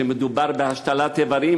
כשמדובר בהשתלת איברים,